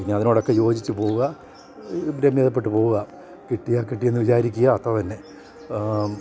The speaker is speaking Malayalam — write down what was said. പിന്നെ അതിനോടക്കെ യോജിച്ചു പോവുക രമ്യതപ്പെട്ടു പോവുക കിട്ടിയാൽ കിട്ടിയെന്ന് വിചാരിക്കുക അത്ര തന്നെ